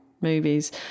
movies